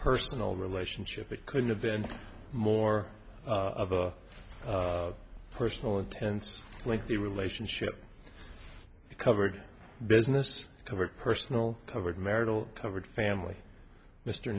personal relationship it couldn't have been more of a personal intense like the relationship covered business covered personal covered marital covered family mr